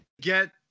get